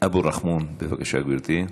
אבו רחמון, בבקשה, גברתי.